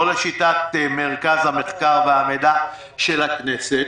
לא לשיטת מרכז המחקר והמידע של הכנסת,